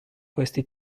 questi